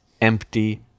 empty